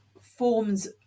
forms